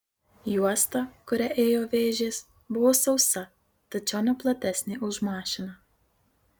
juosta kuria ėjo vėžės buvo sausa tačiau ne platesnė už mašiną